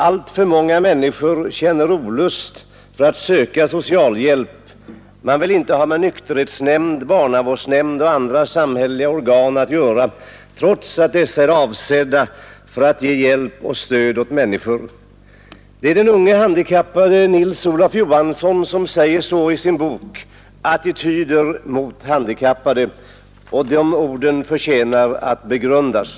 Alltför många människor känner olust inför att söka socialhjälp: man vill inte ha med nykterhetsnämnd, barnavårdsnämnd och andra samhälleliga organ att göra, trots att dessa är avsedda för att ge hjälp och stöd åt människor.” Det är den unge handikappade Nils Olof Johansson som säger så i sin bok Attityder till de handikappade. De orden förtjänar att begrundas.